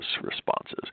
responses